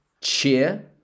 cheer